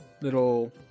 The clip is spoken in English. Little